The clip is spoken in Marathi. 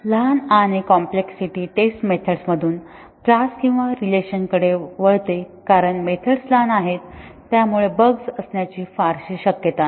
लहान आणि कॉम्लेक्सईटी टेस्ट मेथड्समधून क्लास किंवा रिलेशन कडे वळते कारण मेथड्स लहान आहेत त्यामुळे बग्स असण्याची फारशी शक्यता नाही